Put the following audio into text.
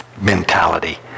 mentality